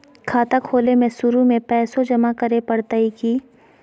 खाता खोले में शुरू में पैसो जमा करे पड़तई की?